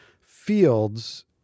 fields